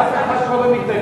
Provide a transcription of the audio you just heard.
אף אחד פה לא מתנגד.